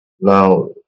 Now